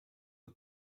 the